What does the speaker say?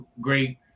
great